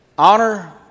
Honor